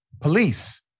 police